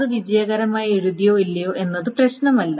അത് വിജയകരമായി എഴുതിയോ ഇല്ലയോ എന്നത് പ്രശ്നമല്ല